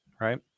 right